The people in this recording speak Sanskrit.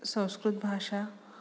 संस्कृतभाषा